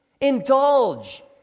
Indulge